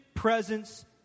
presence